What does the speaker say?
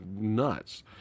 nuts